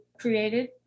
created